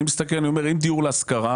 אני מסתכל ואומר אם דיור להשכרה